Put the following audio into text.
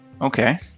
Okay